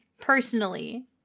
personally